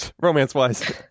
romance-wise